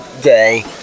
Day